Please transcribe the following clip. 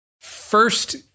First